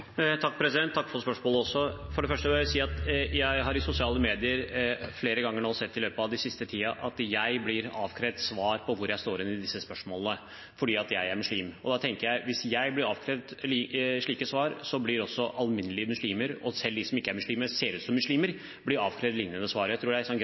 Takk for spørsmålet. Jeg har i sosiale medier flere ganger i løpet av den siste tiden sett at jeg blir avkrevd svar på hvor jeg står i disse spørsmålene, fordi jeg er muslim. Og hvis jeg blir avkrevd slike svar, blir også alminnelige muslimer og selv de som ikke er muslimer, men ser ut som muslimer, avkrevd lignende svar. Jeg